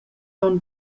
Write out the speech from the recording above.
onn